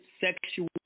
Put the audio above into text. sexual